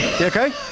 okay